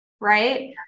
Right